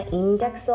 index